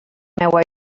meua